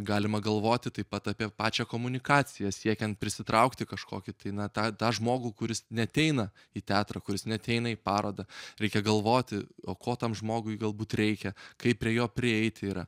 galima galvoti taip pat apie pačią komunikaciją siekiant prisitraukti kažkokį tai na tą tą žmogų kuris neateina į teatrą kuris neateina į parodą reikia galvoti o ko tam žmogui galbūt reikia kaip prie jo prieiti yra